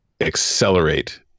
accelerate